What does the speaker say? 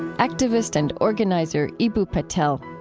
and activist and organizer eboo patel.